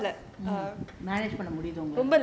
mm